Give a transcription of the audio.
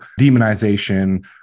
demonization